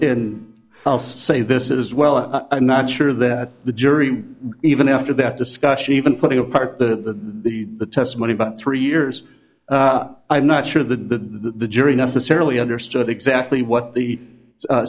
then i'll say this is well i'm not sure that the jury even after that discussion even putting apart the the testimony about three years i'm not sure of the the jury necessarily understood exactly what the